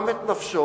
גם את נפשו,